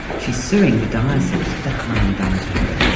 she's suing the diocese for the harm done to her.